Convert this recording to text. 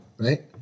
right